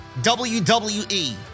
WWE